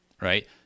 right